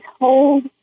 hold